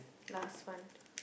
last one